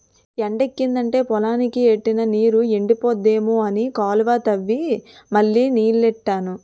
ఎండెక్కిదంటే పొలానికి ఎట్టిన నీరు ఎండిపోద్దేమో అని కాలువ తవ్వి మళ్ళీ నీల్లెట్టాను